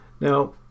Now